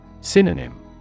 Synonym